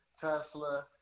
Tesla